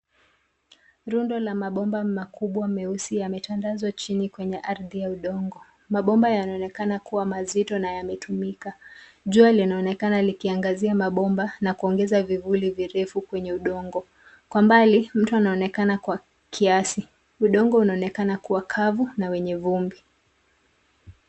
Rundo la mabomba makubwa meusi yametandazwa chini kwenye ardhi ya udongo. Mabomba yanaonekana kuwa mazito na yametumika. Jua linaonekana likiangazia mabomba, na kuongeza vivuli virefu kwenye udongo. Kwa mbali, mtu anaonekana kwa kiasi. Udongo unaonekana kuwa kavu, na wenye vumbi.